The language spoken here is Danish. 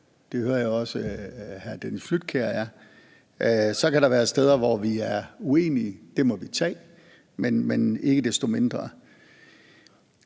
Det hører jeg også at hr. Dennis Flydtkjær er. Så kan der være steder, hvor vi er uenige; det må vi tage med. Men sådan